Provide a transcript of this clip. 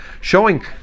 showing